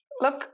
Look